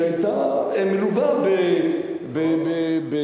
שהיתה מלווה בדעה,